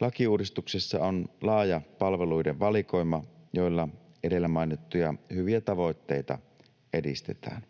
Lakiuudistuksessa on laaja palveluiden valikoima, jolla edellä mainittuja hyviä tavoitteita edistetään.